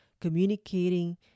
communicating